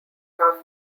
half